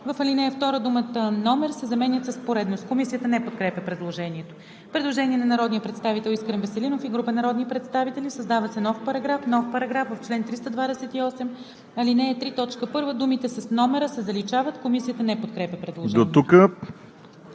В ал. 2 думата „номер“ се заменя с „поредност“.“ Комисията не подкрепя предложението. Има предложение на народния представител Искрен Веселинов и група народни представители: „Създава се нов §...:„§... В чл. 328, ал. 3, т. 1 думите „с номера“ се заличават.“ Комисията не подкрепя предложението.